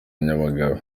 nyamagabe